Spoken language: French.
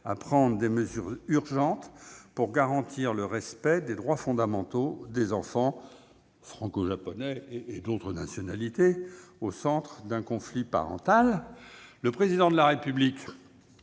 à prendre des mesures urgentes pour garantir le respect des droits fondamentaux des enfants, notamment franco-japonais, au centre d'un conflit parental. Le Président de la République